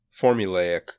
formulaic